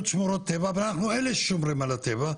שמורות טבע ואנחנו אלה ששומרים על הטבע,